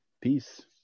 Peace